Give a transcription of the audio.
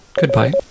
Goodbye